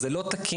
זה לא תקין,